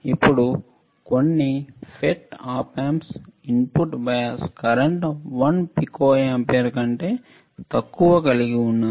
ఇప్పుడు కొన్ని FET op amps input bias current 1 picoampere కంటే తక్కువ కలిగి ఉన్నాయి